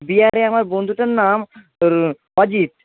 বিহারে আমার বন্ধুটার নাম অজিত